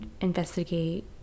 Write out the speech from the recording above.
investigate